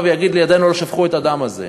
ויגיד "ידינו לא שפכו את הדם הזה".